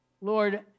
Lord